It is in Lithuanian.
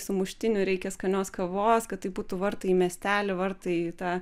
sumuštinių reikia skanios kavos kad tai būtų vartai į miestelį vartai į tą